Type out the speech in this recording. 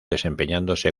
desempeñándose